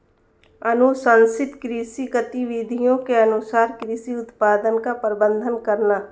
अनुशंसित कृषि गतिविधियों के अनुसार कृषि उत्पादन का प्रबंधन करना